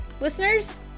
listeners